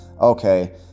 okay